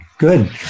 Good